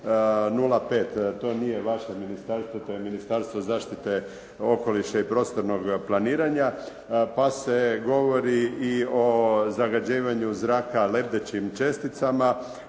133/05. To nije vaše ministarstvo, to je Ministarstvo zaštite okoliša i prostornog planiranja pa se govori i o zagađivanju zraka lebdećim česticama